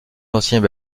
anciens